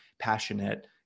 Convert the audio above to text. passionate